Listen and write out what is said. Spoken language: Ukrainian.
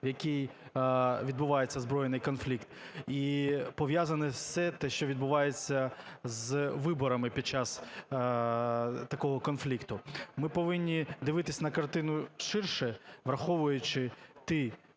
в якій відбувається збройний конфлікт, і пов'язане все те, що відбувається з виборами під час такого конфлікту. Ми повинні дивитися на картину ширше, враховуючи ті